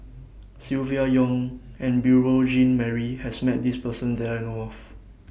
Silvia Yong and Beurel Jean Marie has Met This Person that I know of